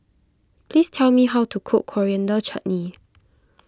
please tell me how to cook Coriander Chutney